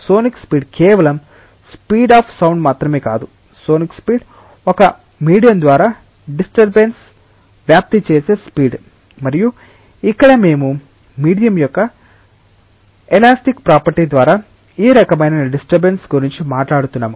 sonic speed కేవలం speed of sound మాత్రమే కాదు సోనిక్ స్పీడ్ ఒక మీడియం ద్వారా డిస్టర్బెన్స్ వ్యాప్తి చేసే స్పీడ్ మరియు ఇక్కడ మేము మీడియం యొక్క ఎలాస్టిక్ ప్రాపర్టీ ద్వారా ఈ రకమైన డిస్టర్బెన్స్ గురించి మాట్లాడుతున్నాము